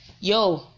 yo